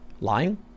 Lying